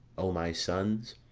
o my sons,